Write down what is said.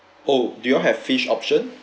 oh do you have fish option